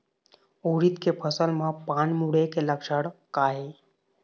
उरीद के फसल म पान मुड़े के लक्षण का ये?